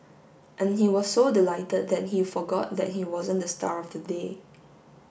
and he was so delighted that he forgot that he wasn't the star of the day